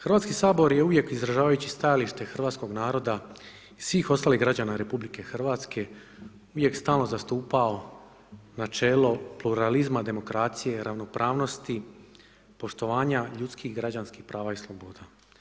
Hrvatski sabor je uvijek izražavajući stajalište hrvatskog naroda i svih ostalih građana Republike Hrvatske, uvijek stalno zastupao načelo pluralizma demokracije, ravnopravnosti, poštovanja ljudskih građanski prava i sloboda.